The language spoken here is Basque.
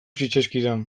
zitzaizkidan